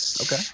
Okay